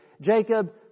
Jacob